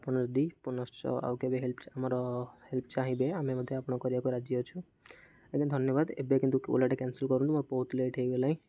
ଆପଣ ଯଦି ପୁନଃଶ ଆଉ କେବେ ହେଲ୍ପ ଆମର ହେଲ୍ପ ଚାହିଁବେ ଆମେ ମଧ୍ୟ ଆପଣ କରିବାକୁ ରାଜି ଅଛୁ ଆଜ୍ଞା ଧନ୍ୟବାଦ ଏବେ କିନ୍ତୁ ଓଲାଟା କ୍ୟାନସଲ୍ କରନ୍ତୁ ମୋର ବହୁତ ଲେଟ୍ ହେଇଗଲାଣି